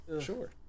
sure